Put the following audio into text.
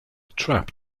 trap